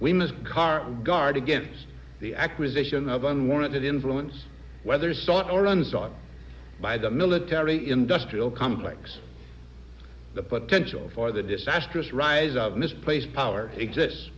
we must car guard against the acquisition of unwarranted influence whether sought or runs on by the military industrial complex the potential for the disastrous rise of misplaced power exist